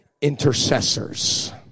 intercessors